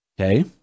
Okay